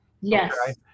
Yes